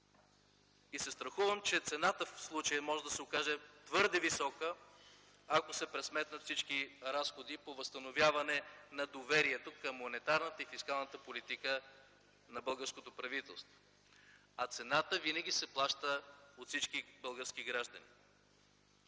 Страхувам се, че цената в случая може да се окаже твърде висока, ако се пресметнат всички разходи по възстановяване на доверието към монетарната и фискалната политика на българското правителство. А цената винаги се плаща от всички български граждани.